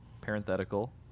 Parenthetical